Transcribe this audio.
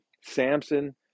Samson